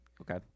Okay